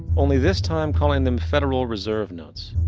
only this time, calling them federal reserve notes.